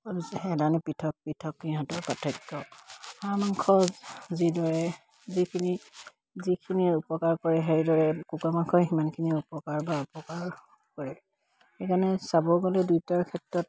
পৃথক পৃথক সিহঁতৰ পাৰ্থক্য হাঁহ মাংস যিদৰে যিখিনি যিখিনি উপকাৰ কৰে সেইদৰে কুকুৰা মাংসই সিমানখিনি উপকাৰ বা অপকাৰ কৰে সেইকাৰণে চাব গ'লে দুয়োটাৰ ক্ষেত্ৰত